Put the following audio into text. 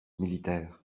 militaire